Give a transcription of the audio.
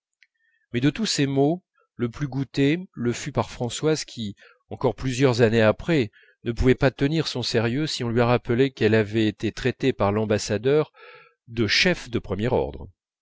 mais de tous ses mots le plus goûté le fut par françoise qui encore plusieurs années après ne pouvait pas tenir son sérieux si on lui rappelait qu'elle avait été traitée par l'ambassadeur de chef de premier ordre